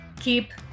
keep